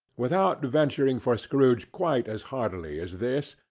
without venturing for scrooge quite as hardily as this,